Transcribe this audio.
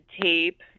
tape